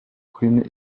brune